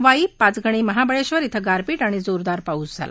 वाई पाचगणी महाबळेश्वर क्वें गारपीट आणि जोरदार पाऊस झाला